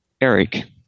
Eric